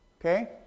Okay